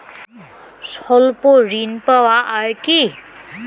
স্বল্প ঋণ পাওয়া য়ায় কি?